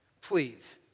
please